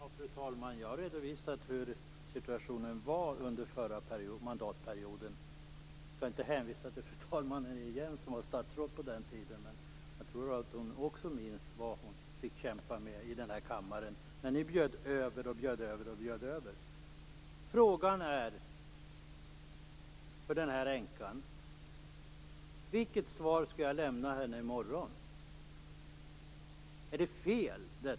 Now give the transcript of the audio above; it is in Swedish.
Fru talman! Jag har redovisat hur situationen var under förra mandatperioden. Jag skall inte hänvisa till fru talmannen igen som var statsråd under den tiden, men jag tror att också hon minns vad hon fick kämpa med i den här kammaren när ni bara bjöd över. Frågan är vilket svar jag skall ge till den här änkan i morgon.